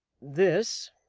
this,